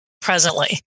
presently